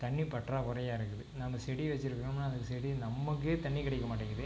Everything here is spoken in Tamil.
தண்ணி பற்றாக்குறையாக இருக்குது நம்ம செடி வச்சிருக்கிறோம்னா அந்தச் செடி நமக்கே தண்ணி கிடைக்க மாட்டேங்கிறது